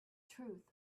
truth